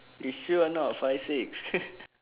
you sure a not five six